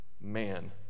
man